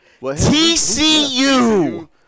TCU